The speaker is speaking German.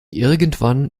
irgendwann